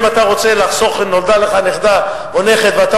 אם נולדה לך נכדה או נולד לך נכד ואתה